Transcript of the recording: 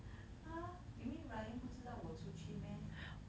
!huh! you mean ryan 不知道我出去 meh